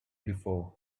before